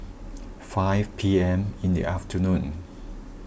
five P M in the afternoon